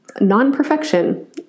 non-perfection